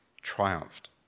triumphed